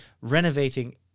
renovating